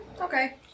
Okay